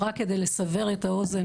רק כדי לסבר את האוזן,